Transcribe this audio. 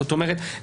זאת אומרת,